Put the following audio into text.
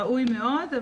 ראוי מאוד,